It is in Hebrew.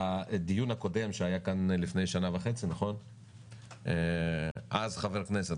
בדיון הקודם שהיה כאן לפני שנה וחצי אז חבר הכנסת,